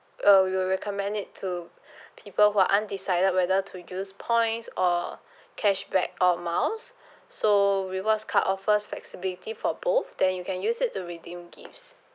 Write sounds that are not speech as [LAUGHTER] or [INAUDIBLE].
uh we will recommend it to [BREATH] people who are undecided whether to use points or cashback or miles so rewards card offers flexibility for both then you can use it to redeem gifts